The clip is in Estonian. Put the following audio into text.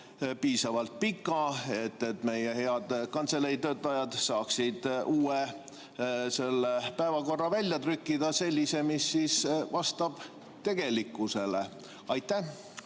piisavalt pika, et meie head kantseleitöötajad saaksid uue päevakorra välja trükkida – sellise, mis vastab tegelikkusele. Aitäh,